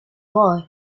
boy